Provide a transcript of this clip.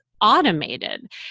automated